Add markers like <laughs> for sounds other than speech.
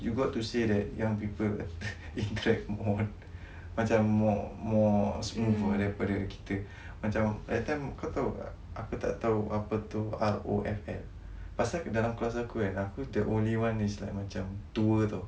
you got to say that young people <laughs> interact more macam more smooth daripada kita macam that time kau tahu tak aku tak tahu apa tu R_O_F_L pasal dalam kelas aku eh aku the only one is like macam tua [tau]